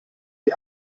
die